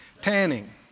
Tanning